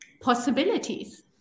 possibilities